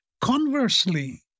Conversely